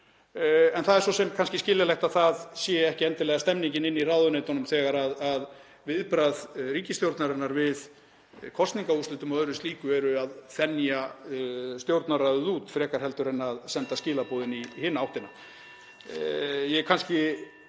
En það er svo sem kannski skiljanlegt að það sé ekki endilega stemningin inni í ráðuneytunum þegar viðbragð ríkisstjórnarinnar við kosningaúrslitum og öðru slíku er að þenja Stjórnarráðið út frekar en að senda skilaboð inn í hina áttina.